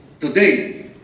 Today